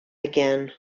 again